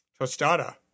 Tostada